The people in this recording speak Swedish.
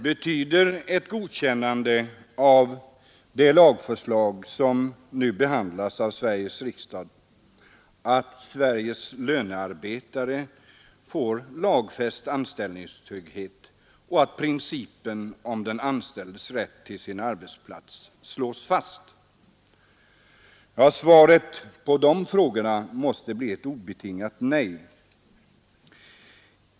Betyder ett godkännande av det lagförslag som nu behandlas av Sveriges riksdag att Sveriges lönearbetare får lagfäst anställningstrygghet och att principen om den anställdes rätt till sin arbetplats slås fast? Svaret på de frågorna måste bli ett obetingat nej.